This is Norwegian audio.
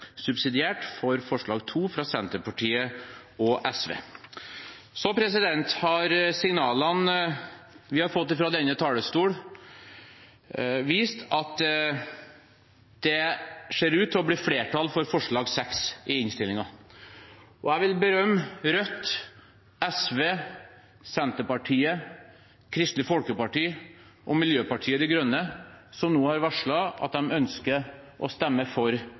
subsidiært for forslag nr. 2, fra Senterpartiet og SV. Så har signalene vi har fått fra denne talerstol, vist at det ser ut til å bli flertall for forslag nr. 6 i innstillingen. Jeg vil berømme Rødt, SV, Senterpartiet, Kristelig Folkeparti og Miljøpartiet De Grønne, som nå har varslet at de ønsker å stemme for